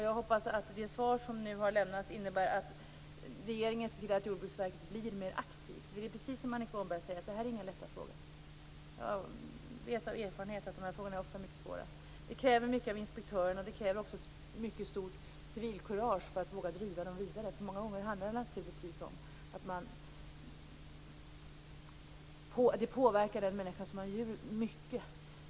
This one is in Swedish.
Jag hoppas att det svar som nu har lämnats innebär att regeringen ser till att Jordbruksverket blir mer aktivt. Det är precis som Annika Åhnberg säger. Det här är inga lätta frågor. Jag vet av erfarenhet att dessa frågor ofta är mycket svåra. Det kräver mycket av inspektören, och det kräver också ett mycket stort civilkurage att våga driva dessa frågor vidare. Många gånger handlar det naturligtvis om att det påverkar den människa som håller djur mycket.